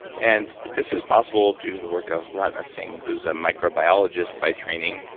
and this is possible due to the work of ratna singh who's a microbiologist by training,